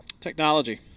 technology